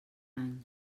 any